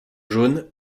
jaunes